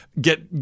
get